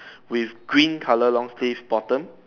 with green color long sleeve bottom